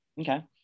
Okay